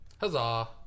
Huzzah